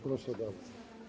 Proszę bardzo.